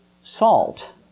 salt